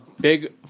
big